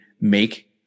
make